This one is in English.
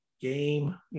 Game